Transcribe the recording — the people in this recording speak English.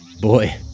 Boy